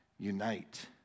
Unite